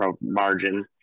margin